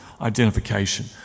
identification